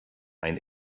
ein